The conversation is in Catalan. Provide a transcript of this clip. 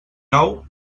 nou